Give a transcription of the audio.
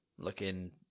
Looking